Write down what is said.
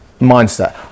mindset